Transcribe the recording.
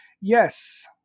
yes